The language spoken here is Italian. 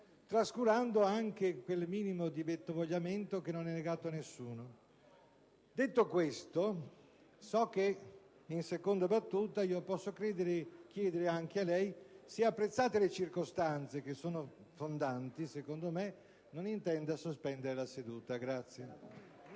trascurando anche quel minimo di vettovagliamento che non è negato a nessuno. Detto questo, so che in seconda battuta posso chiedere anche a lei, signor Presidente, se, apprezzate le circostanze, che sono fondanti secondo me, non intenda togliere la seduta.